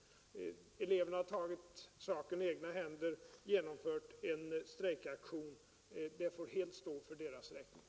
Eleverna har i det här fallet tagit saken i egna händer och genomfört en strejkaktion. Det får helt stå för deras räkning.